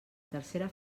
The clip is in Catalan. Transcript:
tercera